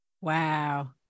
Wow